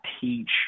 teach –